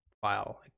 file